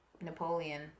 Napoleon